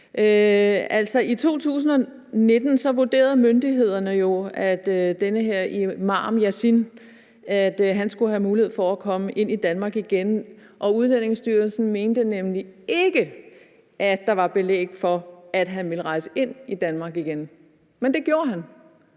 I 2019 vurderede myndighederne jo, at den her imam, Yasin, skulle have mulighed for at komme ind i Danmark igen. Udlændingestyrelsen mente nemlig ikke, at der var belæg for, at han ville rejse ind i Danmark igen – men det gjorde han.